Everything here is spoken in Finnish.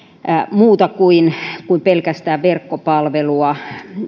muuta kuin kuin pelkästään verkkopalvelua